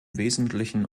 wesentlichen